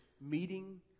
meeting